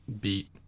beat